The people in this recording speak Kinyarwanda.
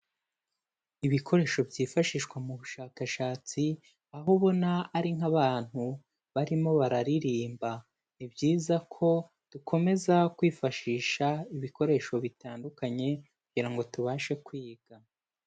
Ibikoresho byifashishwa mu bushakashatsi, aho ubona ari nk'abantu barimo bararirimba. Ni byiza ko dukomeza kwifashisha ibikoresho bitandukanye kugira ngo tubashe kwiga.